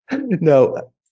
no